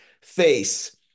face